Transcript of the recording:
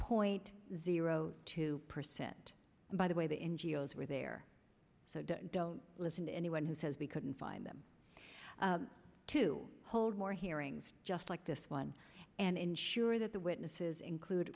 point zero two percent by the way the n g o s were there so don't listen to anyone who says we couldn't find them to hold more hearings just like this one and ensure that the witnesses include